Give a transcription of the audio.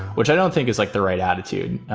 which i don't think is like the right attitude.